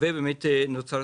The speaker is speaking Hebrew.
ובמקומה נוצרה